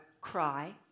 cry